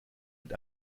mit